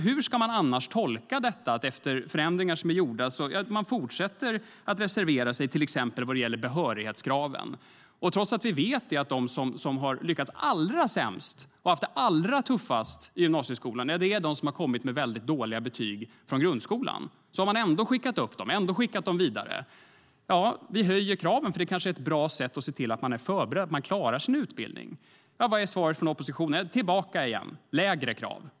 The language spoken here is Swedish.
Hur ska man annars tolka att man fortsätter att reservera sig när det gäller till exempel behörighetskraven? Vi vet ju att de som har lyckats allra sämst och haft det allra tuffast i gymnasieskolan är de som har kommit med väldigt dåliga betyg från grundskolan. Man har ändå skickat upp dem, man har ändå skickat dem vidare. Vi höjer kraven eftersom det kanske är ett bra sätt att se till att eleverna är förberedda och klarar sin utbildning. Vad är svaret från oppositionen? Tillbaka igen. Lägre krav.